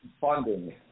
funding